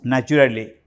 Naturally